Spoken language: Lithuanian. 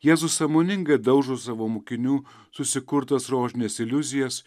jėzus sąmoningai daužo savo mokinių susikurtas rožines iliuzijas